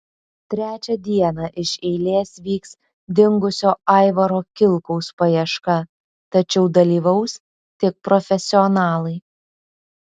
trečią dieną iš eilės vyks dingusio aivaro kilkaus paieška tačiau dalyvaus tik profesionalai